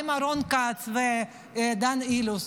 גם עם רון כץ ודן אילוז.